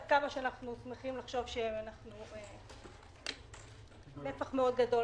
עד כמה שאנו שמחים לחשוב שאנחנו נפח גדול